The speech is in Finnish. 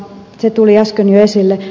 se tuli äsken jo esille